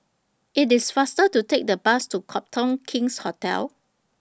IT IS faster to Take The Bus to Copthorne King's Hotel